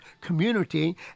community